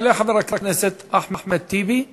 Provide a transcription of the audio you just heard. יעלה חבר הכנסת אחמד טיבי.